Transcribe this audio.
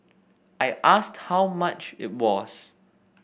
I asked how much it was